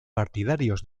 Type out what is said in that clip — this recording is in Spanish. partidarios